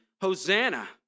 Hosanna